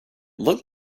looked